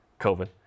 COVID